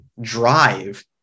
drive